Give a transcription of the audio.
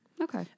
Okay